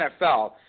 NFL